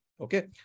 Okay